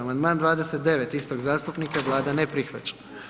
Amandman 29. istog zastupnika, Vlada ne prihvaća.